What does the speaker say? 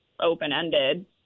open-ended